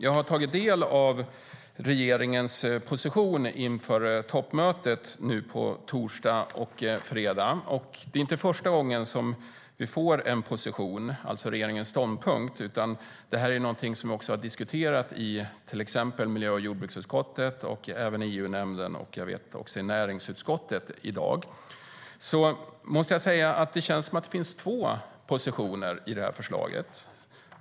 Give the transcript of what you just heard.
Jag har tagit del av regeringens position inför toppmötet på torsdag och fredag. Det är inte första gången vi får ta del av regeringens ståndpunkt, utan det har också diskuterats i miljö och jordbruksutskottet, i EU-nämnden och också i näringsutskottet i dag. Det känns som att det finns två positioner i detta förslag.